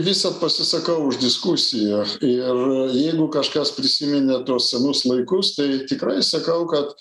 visad pasisakau už diskusijas ir jeigu kažkas prisiminė tuos senus laikus tai tikrai sakau kad